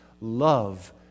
love